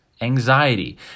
anxiety